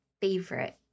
favorite